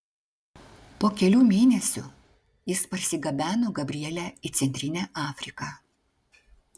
po kelių mėnesių jis parsigabeno gabrielę į centrinę afriką